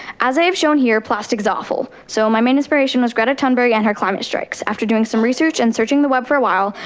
as i have shown here, plastic is awful, so my main inspiration is greta thunberg and her climate strikes. after doing some research and searching the web for a while,